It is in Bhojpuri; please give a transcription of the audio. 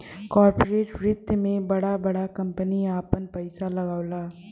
कॉर्पोरेट वित्त मे बड़ा बड़ा कम्पनी आपन पइसा लगावला